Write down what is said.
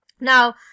Now